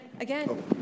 again